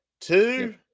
Two